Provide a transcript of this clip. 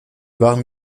waren